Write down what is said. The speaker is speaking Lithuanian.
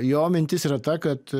jo mintis yra ta kad